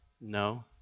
No